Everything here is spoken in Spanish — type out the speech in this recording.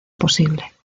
posible